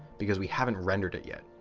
because we haven't rendered it yet.